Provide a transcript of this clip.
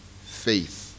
faith